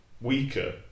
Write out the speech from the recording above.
weaker